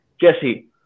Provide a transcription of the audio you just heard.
Jesse